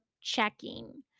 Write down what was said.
checking